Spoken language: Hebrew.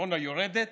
וכשהקורונה יורדת